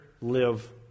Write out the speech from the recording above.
live